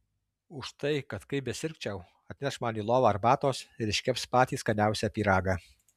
už tai kad kaip besirgčiau atneš man į lovą arbatos ir iškeps patį skaniausią pyragą